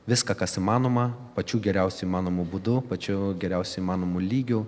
viską kas įmanoma pačiu geriausiu įmanomu būdu pačiu geriausiu įmanomu lygiu